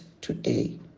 today